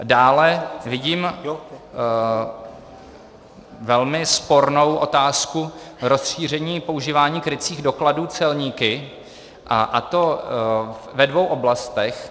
Dále vidím velmi spornou otázku rozšíření používání krycích dokladů celníky, a to ve dvou oblastech.